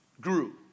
grew